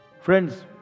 Friends